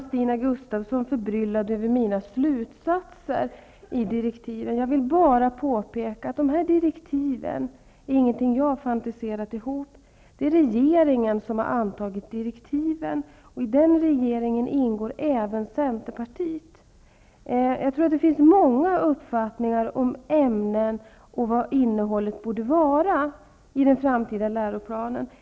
Stina Gustavsson var förbryllad över mina slutsatser i direktiven. Jag vill bara påpeka att direktiven är ingenting som jag har fantiserat ihop. Det är regeringen som har antagit direktiven, och i regeringen ingår även centerpartiet. Jag tror att det finns många uppfattningar om ämnen och vad innehållet borde vara i den framtida läroplanen.